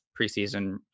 preseason